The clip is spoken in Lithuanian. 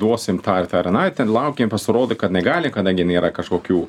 duosim tą ir tą ir aną ir ten laukėm pasirodo kad negali kadangi nėra kažkokių